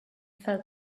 felt